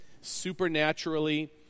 supernaturally